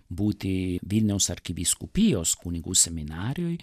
būti vilniaus arkivyskupijos kunigų seminarijoj